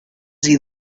see